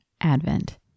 Advent